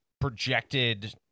projected